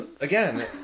again